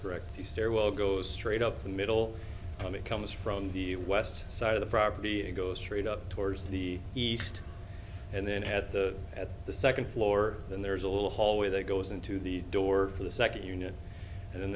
correct the stairwell goes straight up the middle of it comes from the west side of the property it goes straight up towards the east and then at the at the second floor then there is a little hallway that goes into the door to the second unit and the